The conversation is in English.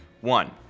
One